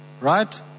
right